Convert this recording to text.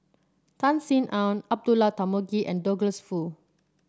Tan Sin Aun Abdullah Tarmugi and Douglas Foo